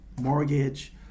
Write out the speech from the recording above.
mortgage